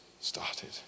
started